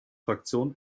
fraktion